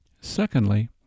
Secondly